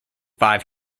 five